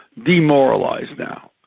demoralised now.